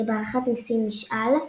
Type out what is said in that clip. שבעריכת ניסים משעל,